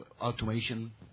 automation